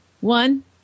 one